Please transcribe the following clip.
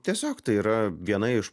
tiesiog tai yra viena iš